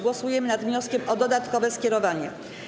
Głosujemy nad wnioskiem o dodatkowe skierowanie.